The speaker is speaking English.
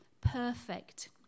perfect